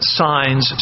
signs